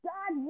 God